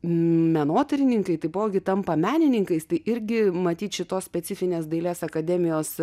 menotyrininkai taipogi tampa menininkais tai irgi matyt šitos specifinės dailės akademijos